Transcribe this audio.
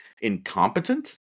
Incompetent